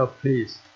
please